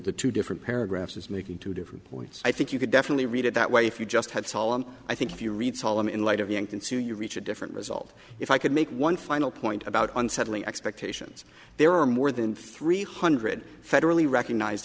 the two different paragraphs is making two different points i think you could definitely read it that way if you just had solemn i think if you read solomon in light of the unconsumed you reach a different result if i could make one final point about unsettling expectations there are more than three hundred federally recognize